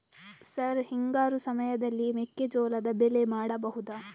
Sir ಹಿಂಗಾರು ಸಮಯದಲ್ಲಿ ಮೆಕ್ಕೆಜೋಳದ ಬೆಳೆ ಮಾಡಬಹುದಾ?